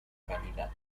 calidad